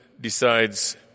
decides